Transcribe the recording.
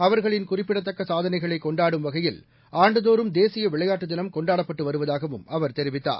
அவர்களின் குறிப்பிடத்தக்க சாதனைகளை கொண்டாடும் வகையில் ஆண்டு தோறும் தேசிய விளையாட்டு தினம் கொண்டாடப்பட்டு வருவதாகவும் அவர் தெரிவித்தார்